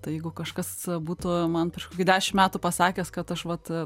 tai jeigu kažkas būtų man prieš kokį dešim metų pasakęs kad aš vat